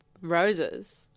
roses